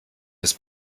des